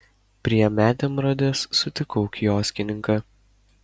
prie medemrodės sutikau kioskininką